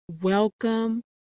welcome